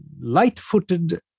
light-footed